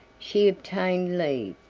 she obtained leave.